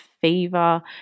fever